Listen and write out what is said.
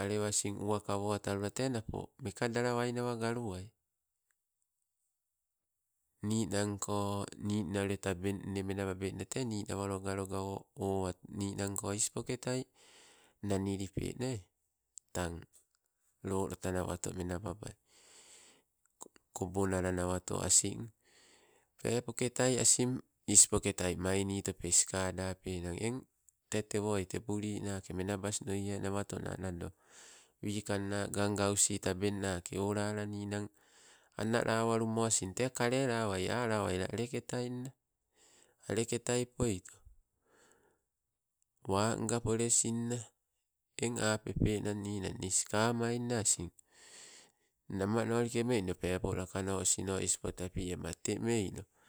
Alewa asin uwakawotalula te napo meka dalawaina galuwai. Ninangko ninna ule tabeng nne mena babe nna te ninawalo agaloga ninangko ispoketai nanilipe ne, tang lolota nawato menababai. Kobonala nawato asin pepoketa asin ispoketai mainitope skadapenang. Eng tee tewo tebulinake menabsnoie nawatona nado, wikangka gaugausi tabengnake olala ninang analawalumo asing tee kalelawai ala wai aleketai nna. Aleketai poito, wa nga pole sinna, eng apepe nang ninang nii sikamai ninang asing, namanolike meino peepo lakano osino ispo tapi ema te meino.